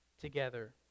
together